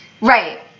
Right